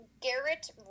Garrett